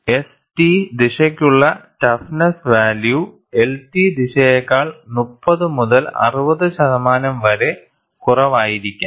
S T ദിശയ്ക്കുള്ള toughness value L T ദിശയേക്കാൾ 30 മുതൽ 60 ശതമാനം വരെ കുറവായിരിക്കാം